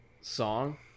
song